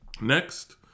Next